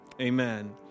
amen